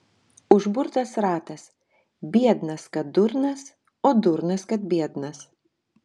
užburtas ratas biednas kad durnas o durnas kad biednas